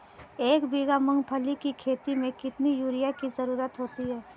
एक बीघा मूंगफली की खेती में कितनी यूरिया की ज़रुरत होती है?